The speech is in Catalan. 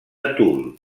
toul